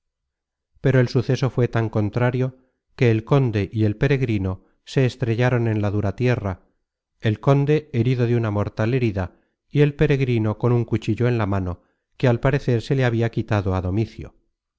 pero el suceso fué tan contrario que el conde y el peregrino se estrellaron en la dura tierra el conde herido de una mortal herida y el peregrino con un cuchillo en la mano que al parecer se le habia quitado á domicio